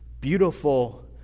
beautiful